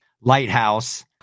lighthouse